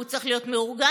הוא צריך להיות מאורגן,